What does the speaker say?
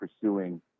pursuing